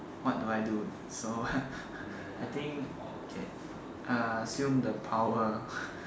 what do I do so I think okay uh assume the power